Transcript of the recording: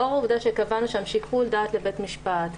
לאור העובדה שקבענו שם שיקול דעת לבית משפט,